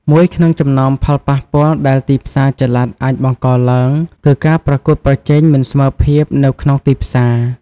មួយក្នុងចំណោមផលប៉ះពាល់ដែលទីផ្សារចល័តអាចបង្កឡើង គឺការប្រកួតប្រជែងមិនស្មើភាពនៅក្នុងទីផ្សារ។